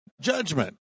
Judgment